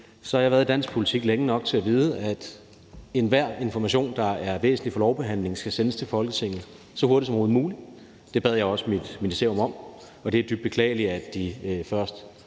jeg har været i dansk politik længe nok til at vide, at enhver information, der er væsentlig for lovbehandlingen, skal sendes til Folketinget så hurtigt som overhovedet muligt. Det bad jeg også mit ministerium om, og det er dybt beklageligt, at de først